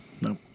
No